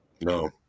No